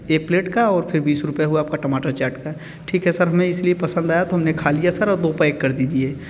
एक प्लेट का और फिर बीस रुपये हुआ आपका टमाटर चाट का ठीक है सर हमें इस लिए पसंद आया तो हम ने खा लिया सर दो पैक कर दीजिए